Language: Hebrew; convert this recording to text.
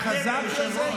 רק חזרתי על זה,